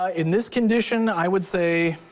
ah in this condition, i would say,